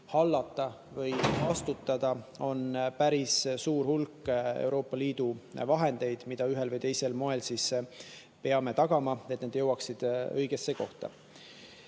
hallata või vastutada on päris suur hulk Euroopa Liidu vahendeid, mille puhul me ühel või teisel moel peame tagama, et need jõuaksid õigesse